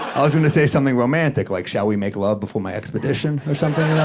i was gonna say something romantic like, shall we make love before my expedition? or something.